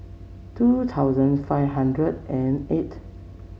two thousand five hundred and eight